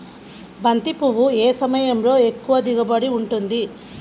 బంతి పువ్వు ఏ సమయంలో ఎక్కువ దిగుబడి ఉంటుంది?